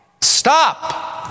Stop